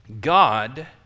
God